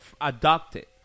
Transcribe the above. adopted